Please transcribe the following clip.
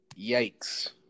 yikes